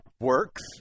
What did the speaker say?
works